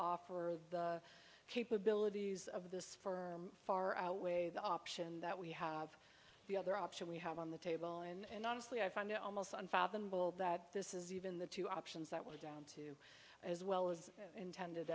offer of the capabilities of this for far outweigh the option that we have the other option we have on the table and honestly i find it almost unfathomable that this is even the two options that were down as well as intended